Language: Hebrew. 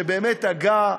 שהגה,